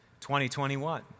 2021